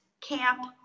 camp